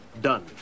Done